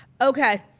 Okay